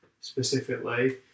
specifically